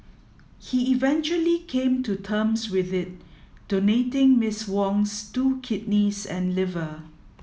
he eventually came to terms with it donating Ms Wong's two kidneys and liver